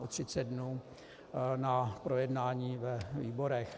O třicet dnů na projednání ve výborech.